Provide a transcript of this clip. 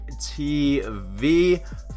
TV